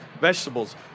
vegetables